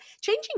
changing